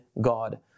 God